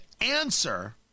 answer